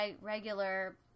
regular